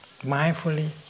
mindfully